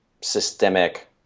systemic